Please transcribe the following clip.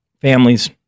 families